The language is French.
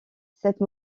cette